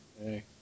hey